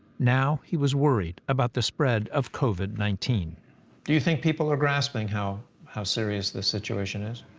now he was worried about the spread of covid nineteen. do you think people are grasping how, how serious this situation is?